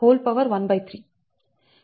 Dsc13